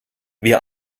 wir